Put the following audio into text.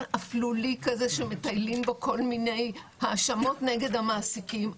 אפלולי כזה שמטיילים בו כל מיני האשמות נגד המעסיקים.